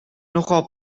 nogal